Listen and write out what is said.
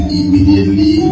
immediately